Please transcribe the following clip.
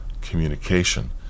communication